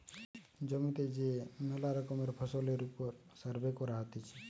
জমিতে যে মেলা রকমের ফসলের ওপর সার্ভে করা হতিছে